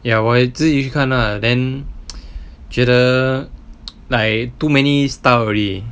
ya why 自己去看 lah then 觉得 like too many style already